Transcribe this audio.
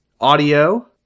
audio